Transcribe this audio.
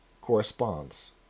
corresponds